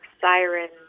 sirens